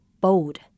bold